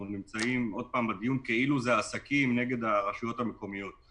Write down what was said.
אנחנו נמצאים בדיון כאילו זה העסקים נגד הרשויות המקומיות.